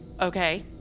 Okay